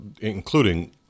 Including